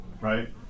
Right